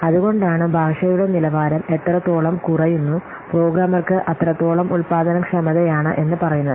അതുകൊണ്ടാണ് ഭാഷയുടെ നിലവാരം എത്രത്തോളം കുറയുന്നു പ്രോഗ്രാമ്മർക്ക് അത്രത്തോളം ഉൽപാദനക്ഷമതയാണ് എന്ന് പറയുന്നത്